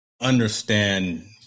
understand